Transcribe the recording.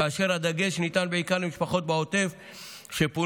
כאשר הדגש הוא בעיקר על משפחות בעוטף שפונו